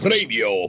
Radio